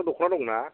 नोंनाव दख'ना दं ना